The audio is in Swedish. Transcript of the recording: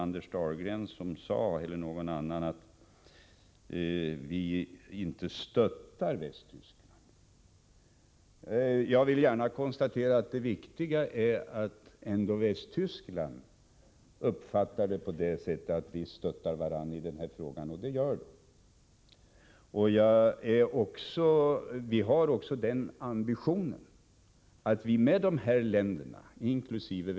Anders Dahlgren sade att vi inte stöttar Västtyskland. Jag vill konstatera att det viktiga är att Västtyskland uppfattar det så att vi stöttar varandra, och det gör man. Vi har också den ambitionen att vi med andra länder, inkl.